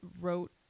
wrote